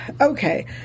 okay